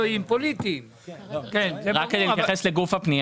רק רגע.